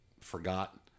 forgot